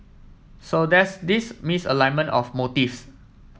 so there's this misalignment of motives